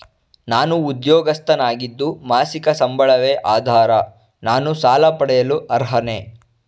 ನಾನು ಉದ್ಯೋಗಸ್ಥನಾಗಿದ್ದು ಮಾಸಿಕ ಸಂಬಳವೇ ಆಧಾರ ನಾನು ಸಾಲ ಪಡೆಯಲು ಅರ್ಹನೇ?